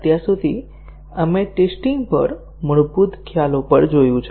અત્યાર સુધી આપણે ટેસ્ટીંગ પર મૂળભૂત ખ્યાલો પર જોયું છે